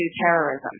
terrorism